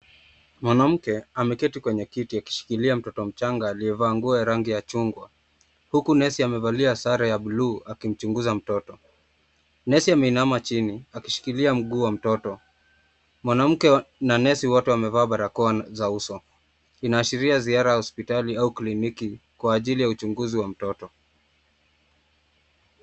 Mwanamke ameketi kwenye kiti akishikilia mtoto mchanga aliyevaa nguo ya rangi ya chungwa huku nesi amevalia sare ya buluu akimchunguza mtoto. Nesi ameinama chini akishikilia mguu wa mtoto. Mwanamke na nesi wote wamevaa barakoa za uso. Inaashiria ziara ya hospitali au kliniki kwa ajili ya uchuguzi wa mtoto.